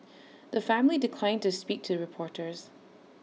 the family declined to speak to reporters